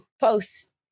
post